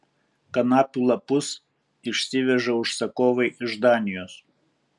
kanapių lapus išsiveža užsakovai iš danijos